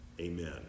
amen